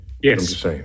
Yes